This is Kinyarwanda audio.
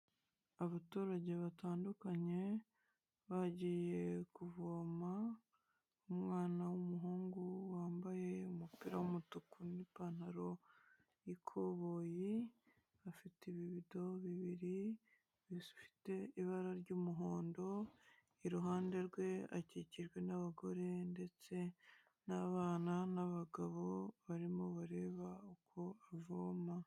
Abaturage batandukanye bagiye kuvoma, umwana w'umuhungu wambaye umupira w'umutuku n'ipantaro y'ikoboyi, afite ibibido bibiri bifite ibara ry'umuhondo, iruhande rwe akikijwe n'abagore ndetse n'abana n'abagabo barimo bareba uko avoma.